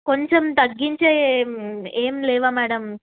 కొంచెం తగ్గించే ఏమి లేవా మేడం